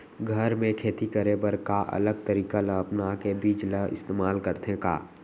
घर मे खेती करे बर का अलग तरीका ला अपना के बीज ला इस्तेमाल करथें का?